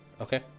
Okay